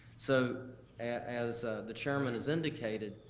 so as the chairman has indicated,